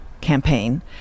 campaign